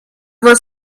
was